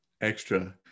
Extra